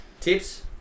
Tips